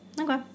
Okay